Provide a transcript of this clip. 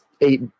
eight